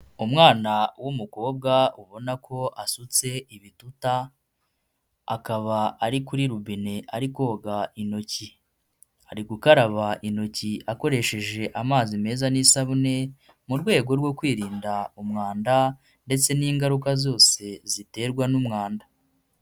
Umwana w'umukobwa ubona ko asutse ibituta, akaba ari kuri robine ari koga intoki. Ari gukaraba intoki akoresheje amazi meza n'isabune, mu rwego rwo kwirinda umwanda ndetse n'ingaruka zose ziterwa n'umwanda.